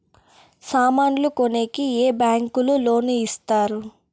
సామాన్లు కొనేకి ఏ బ్యాంకులు లోను ఇస్తారు?